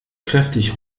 kräftig